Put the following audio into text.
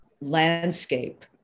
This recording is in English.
landscape